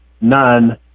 none